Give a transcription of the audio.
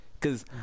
Cause